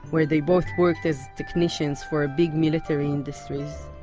where they both worked as technicians for ah big military industries.